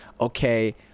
okay